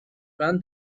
روش